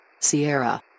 Sierra